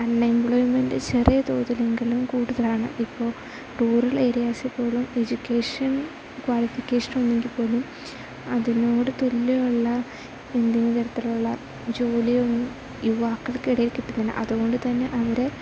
unemployment ചെറിയ തോതിലെങ്കിലും കൂടുതലാണ് ഇപ്പോൾ റൂറൽ ഏരിയാസിൽ പോലും എജ്യൂക്കേഷൻ ക്വാളിഫിക്കേഷൻ ഉണ്ടെങ്കിൽ പോലും അതിനോട് തുല്യമുള്ള എന്തെങ്കിലും തരത്തിലുള്ള ജോലിയൊന്നും യുവാക്കൾക്ക് ഇടയിൽ കിട്ടുന്നില്ല അതുകൊണ്ട് തന്നെ അവരെ